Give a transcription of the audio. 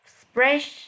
splash